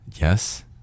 Yes